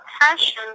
passion